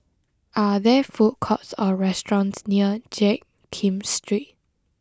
are there food courts or restaurants near Jiak Kim Street